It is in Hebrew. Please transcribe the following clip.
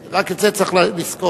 רק את זה צריך לזכור.